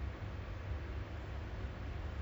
right now my siblings kena